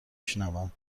شنوم